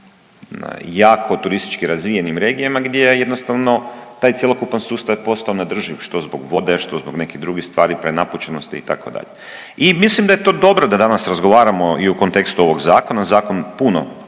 našim jako turistički razvijenim regijama gdje je jednostavno taj cjelokupan sustav je postao neodrživ što zbog vode, što zbog nekih drugih stvari prenapučenosti itd. I mislim da je to dobro da danas razgovaramo i u kontekstu ovog zakona. Zakon puno